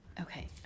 Okay